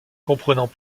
comprenant